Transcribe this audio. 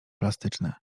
plastyczne